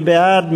מי בעד?